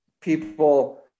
people